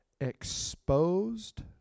exposed